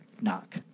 knock